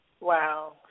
Wow